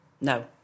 no